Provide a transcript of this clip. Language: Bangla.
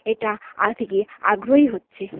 এটা আগে থেকে আগ্রহী হচ্ছে